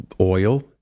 oil